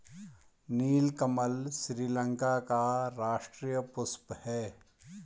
नीलकमल श्रीलंका का राष्ट्रीय पुष्प है